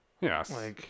Yes